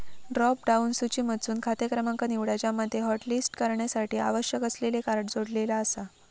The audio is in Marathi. ड्रॉप डाउन सूचीमधसून खाते क्रमांक निवडा ज्यामध्ये हॉटलिस्ट करण्यासाठी आवश्यक असलेले कार्ड जोडलेला आसा